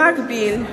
במקביל,